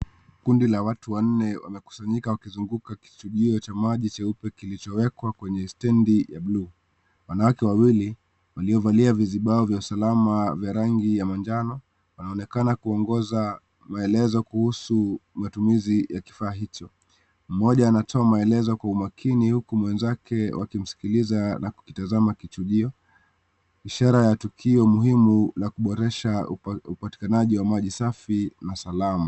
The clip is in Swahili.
Kundi la watu wanne wamekusanyika wakizunguka kichujio cha maji cheupe kilichowekwa kwenye stendi ya blue , wanawake wawili waliovalia vizibao vya usalama vya rangi ya manjano wanaonekana kuongoza maelezo kuhusu matumizi ya kifaa hicho, mmoja anatoa maelezo kwa umakini huku mwenzake wakimsikiliza na kukitazama kichujio ishara ya tukio muhimu la kuboresha upatikanaji wa maji safi na salama.